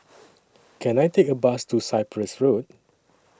Can I Take A Bus to Cyprus Road